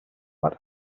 but